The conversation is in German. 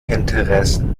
interessen